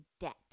debt